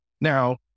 Now